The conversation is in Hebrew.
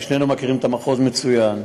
ושנינו מכירים את המחוז מצוין,